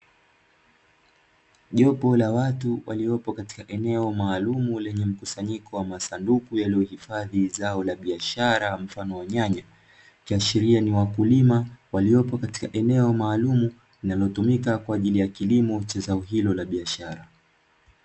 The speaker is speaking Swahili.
Jopo la watu waliopo katika eneo maalumu lenye mkusanyiko wa masanduku yaliyohifadhi zao la biashara mfano wa nyanya, ikiashiria ni wakulima waliopo katika eneo maalumu, linalotumika kwa ajili ya kilimo cha zao hilo la biashara.